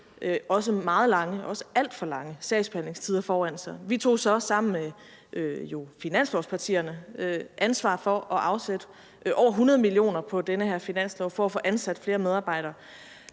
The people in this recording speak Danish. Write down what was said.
meget lange og også alt for lange sagsbehandlingstider foran sig. Vi tog så sammen med finanslovspartierne ansvar for at afsætte over 100 mio. kr. på den her finanslov for at få ansat flere medarbejdere,